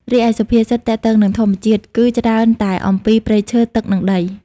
រីឯសុភាសិតទាក់ទងនឹងធម្មជាតិ គឺច្រើនតែអំពី ព្រៃឈើ ទឹក និង ដី។